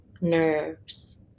nerves